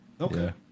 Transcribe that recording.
Okay